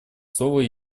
слово